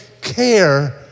care